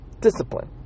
Discipline